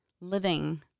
living